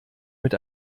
mit